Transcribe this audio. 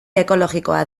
ekologikoa